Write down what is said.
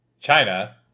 China